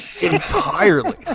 entirely